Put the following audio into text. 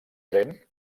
tren